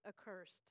accursed